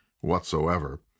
whatsoever